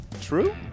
true